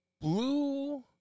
Blue